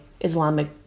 Islamic